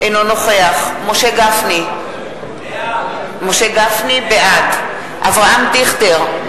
אינו נוכח משה גפני, בעד אברהם דיכטר,